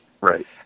Right